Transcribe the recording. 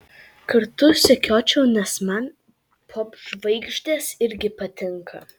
kartu sekiočiau nes man popžvaigždės irgi patinka